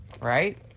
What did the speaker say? right